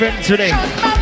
today